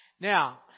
Now